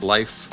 Life